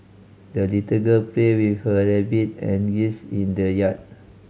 the little girl played with her rabbit and geese in the yard